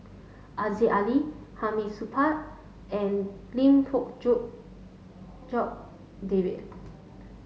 Aziza Ali Hamid Supaat and Lim Fong Jock David